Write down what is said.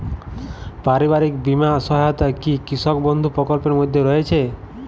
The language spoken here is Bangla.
পারিবারিক বীমা সহায়তা কি কৃষক বন্ধু প্রকল্পের মধ্যে রয়েছে?